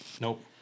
Nope